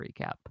recap